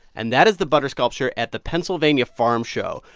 and that is the butter sculpture at the pennsylvania farm show,